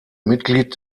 mitglied